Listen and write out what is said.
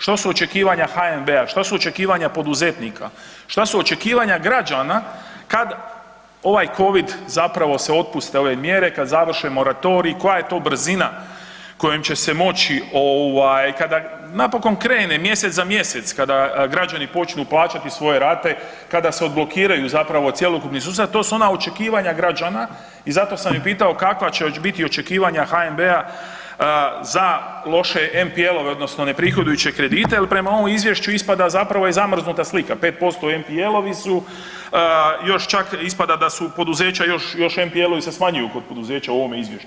Što su očekivanja HNB-a, što su očekivanja poduzetnika, šta su očekivanja građana kad ovaj covid zapravo se otpuste ove mjere, kad završe moratoriji, koja je to brzina kojom će se moći ovaj kada napokon krene mjesec za mjesec, kada građani počnu plaćati svoje rate, kada se odblokiraju zapravo cjelokupni sustavi, to su ona očekivanja građana i zato sam i pitao kakva će već biti očekivanja HNB-a za loše MPL-ove odnosno neprihodujuće kredite jel prema ovom izvješću ispada zapravo je zamrznuta slika, 5% MPL-ovi su, još čak ispada da su poduzeća, još, još MPL-ovi se smanjuju kod poduzeća u ovome izvješću.